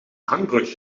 hangbrug